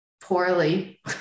poorly